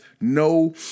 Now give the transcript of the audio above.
no